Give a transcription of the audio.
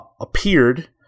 appeared